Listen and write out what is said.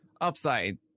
upside